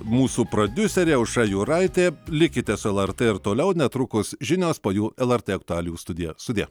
mūsų prodiuserė aušra juraitė likite su lrt ir toliau netrukus žinios po jų lrt aktualijų studija sudie